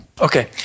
Okay